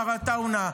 מר עטאונה.